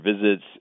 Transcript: visits